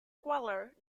gwalior